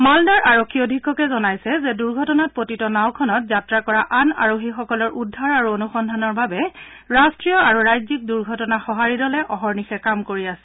মালদাৰ আৰক্ষী অধীক্ষকে জনাইছে যে দুৰ্ঘটনাত পতিত নাওখনত যাত্ৰা কৰা আন আৰোহীসকলৰ উদ্ধাৰ আৰু অনুসন্ধানৰ বাবে ৰাষ্ট্ৰীয় আৰু ৰাজ্যিক দুৰ্ঘটনা সঁহাৰি দলে অহৰ্নিশে কাম কৰি আছে